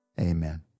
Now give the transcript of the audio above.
Amen